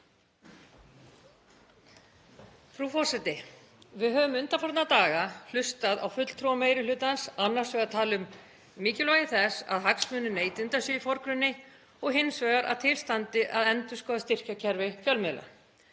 Frú forseti. Við höfum undanfarna daga hlustað á fulltrúa meiri hlutans tala annars vegar um mikilvægi þess að hagsmunir neytenda séu í forgrunni og hins vegar að til standi að endurskoða styrkjakerfi fjölmiðla.